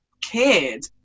kid